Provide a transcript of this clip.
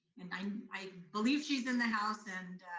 and i um i believe she's in the house. and